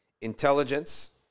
intelligence